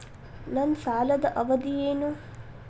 ನನ್ನ ಸಾಲದ ಅವಧಿ ಏನು?